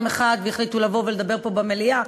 אחת והחליטו לבוא ולדבר פה במליאה,